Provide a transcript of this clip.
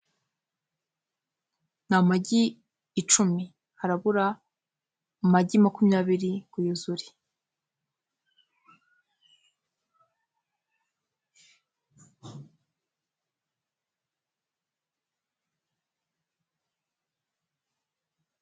Ni amagi icumi, harabura amagi makumyabiri ngo yuzure.